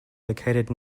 located